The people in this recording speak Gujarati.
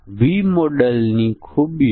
હવે ચાલો એક નાની ક્વિઝ લઈએ